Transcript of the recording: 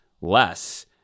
less